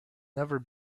never